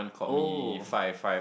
oh